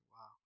Wow